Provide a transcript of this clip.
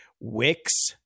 Wix